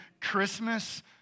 Christmas